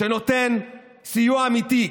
שנותן סיוע אמיתי,